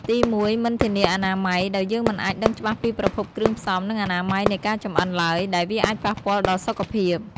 ទីមួយ មិនធានាអនាម័យ ដោយយើងមិនអាចដឹងច្បាស់ពីប្រភពគ្រឿងផ្សំ និងអនាម័យនៃការចម្អិនឡើយ ដែលវាអាចប៉ះពាល់ដល់សុខភាព។